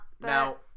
now